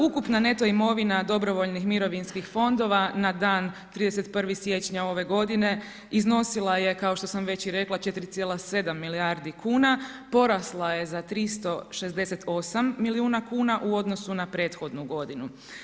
Ukupna neto imovina dobrovoljnih mirovinskih fondova na dan 31. siječnja ove godine iznosila je kao što sam već i rekla 4,7 milijardi kuna, porasla je za 368 milijuna kuna u odnosu na prethodnu godinu.